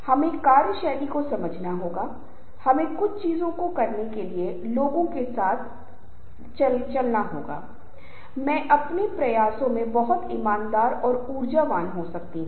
यदि समूह बहुत बड़ा है तो इसे संभालना बहुत मुश्किल हो जाता है क्योंकि यदि लोग समान प्रकार के व्यक्ति नहीं हैं तो लोगों को अलग अलग तरीके से देखने की संभावना होती है जो कि समूह बहुत प्रभावी नहीं हो सकता है